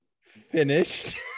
finished